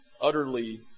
utterly